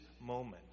moment